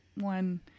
one